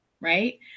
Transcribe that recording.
right